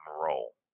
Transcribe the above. role